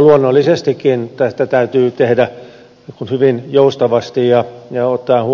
luonnollisestikin tätä täytyy tehdä hyvin joustavasti ja ottaen